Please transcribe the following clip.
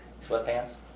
sweatpants